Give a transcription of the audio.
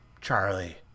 Charlie